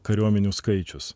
kariuomenių skaičius